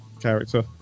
character